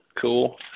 cool